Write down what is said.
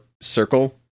circle